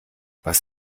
was